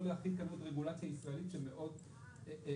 להחיל כאן עוד רגולציה ישראלית שמאוד מסבכת.